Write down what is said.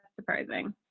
surprising